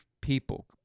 people